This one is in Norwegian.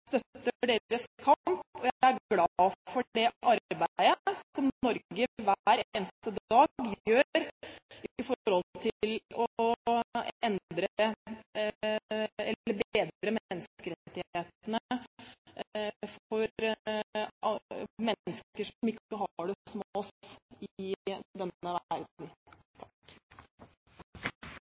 deres kamp, og jeg er glad for det arbeidet som Norge hver eneste dag gjør for å bedre menneskerettighetene for mennesker som ikke har det som oss i denne verden.